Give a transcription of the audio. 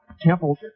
Temple